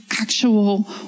actual